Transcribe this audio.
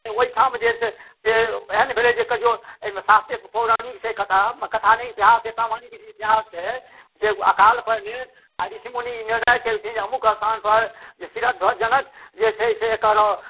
से ओहिठाम जे छै से एहन भेलै जे कहिओ जे एहिमे सात्विक पौराणिक छै कथा कथा नहि छै पौराणिक इतिहास छै से अकाल पड़लै आ ऋषि मुनिसभ ई निर्णय कयलखिन जे अमुक स्थानपर श्रीध्वज जनक जे छै से एकर